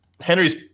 Henry's